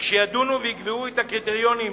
וכשידונו ויקבעו את הקריטריונים